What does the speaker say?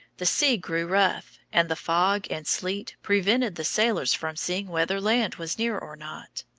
the sea grew rough, and the fog and sleet prevented the sailors from seeing whether land was near or not.